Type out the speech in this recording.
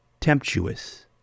temptuous